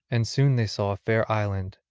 and soon they saw a fair island,